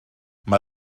mae